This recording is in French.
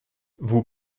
vous